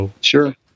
Sure